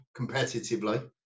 competitively